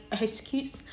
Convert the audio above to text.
excuse